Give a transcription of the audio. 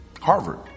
Harvard